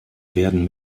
werden